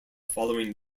following